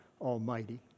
Almighty